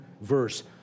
verse